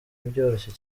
byoroshye